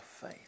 faith